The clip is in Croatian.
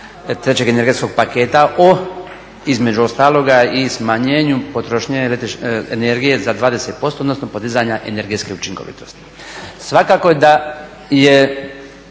trećeg energetskog paketa o, između ostaloga i smanjenju potrošnje električne energije za 20% odnosno podizanja energetske učinkovitosti. Svakako je da je